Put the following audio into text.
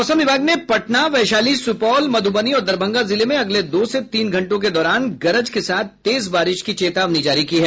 मौसम विभाग ने पटना वैशाली सुपौल मधुबनी और दरभंगा जिले में अगले दो से तीन घंटों के दौरान गरज के साथ तेज बारिश की चेतावनी जारी की है